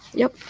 yup.